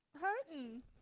hurting